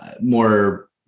more